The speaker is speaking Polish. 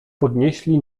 podnieśli